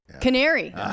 Canary